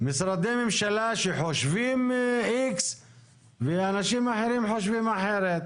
משרדי ממשלה שחושבים X ואנשים אחרים חושבים אחרת.